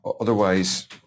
otherwise